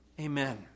amen